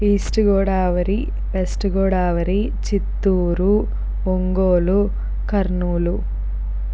east Godavari west Godavari Chittoor Ongole Kurnool